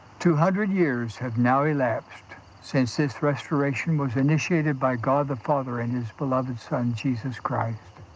two hundred years have now elapsed since this restoration was initiated by god the father and his beloved son, jesus christ.